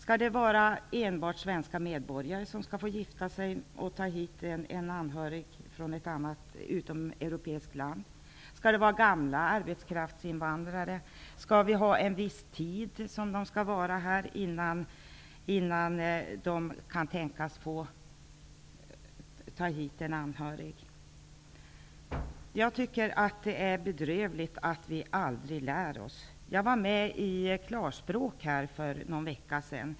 Är det bara svenska medborgare som skall ha rätt att gifta sig med och ta hit en person från ett utomeuropeiskt land? Skall det vara gamla arbetskraftsinvandrare? Skall man ha vistats här en viss tid innan man får ta hit en anhörig? Jag tycker att det är bedrövligt att vi aldrig lär oss. Jag var med i Klarspråk för någon vecka sedan.